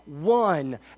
one